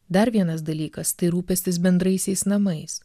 dar vienas dalykas tai rūpestis bendraisiais namais